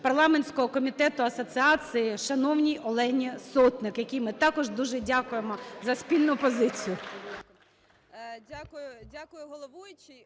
парламентського комітету асоціації шановній Олені Сотник, якій ми також дуже дякуємо за спільну позицію.